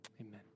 amen